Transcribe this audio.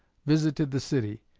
visited the city.